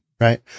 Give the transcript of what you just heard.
right